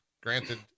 granted